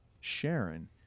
Sharon